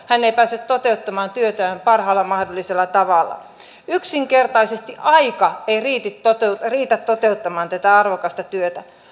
hän ei pääse toteuttamaan työtään parhaalla mahdollisella tavalla yksinkertaisesti aika ei riitä toteuttamaan riitä toteuttamaan tätä arvokasta työtä